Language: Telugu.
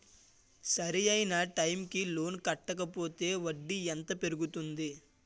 సరి అయినా టైం కి లోన్ కట్టకపోతే వడ్డీ ఎంత పెరుగుతుంది?